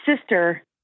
sister